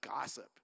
gossip